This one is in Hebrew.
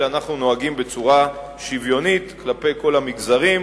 אלא אנחנו נוהגים בצורה שוויונית כלפי כל המגזרים.